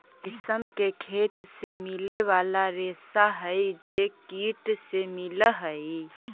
रेशम के खेत से मिले वाला रेशा हई जे कीट से मिलऽ हई